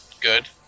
good